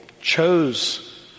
chose